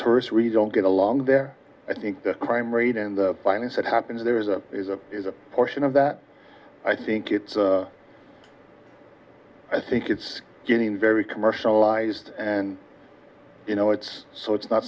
tourists re don't get along there i think the crime rate in the finest that happens there is a is a is a portion of that i think it's i think it's getting very commercialized and you know it's so it's not